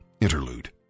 Interlude